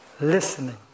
listening